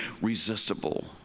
resistible